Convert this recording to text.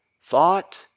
thought